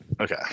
Okay